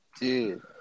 Dude